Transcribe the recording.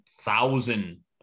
thousand